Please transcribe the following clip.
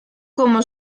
como